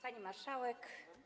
Pani Marszałek!